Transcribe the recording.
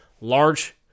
large